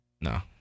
No